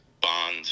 bond